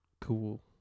Cool